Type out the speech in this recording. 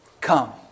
Come